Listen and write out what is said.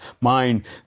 mind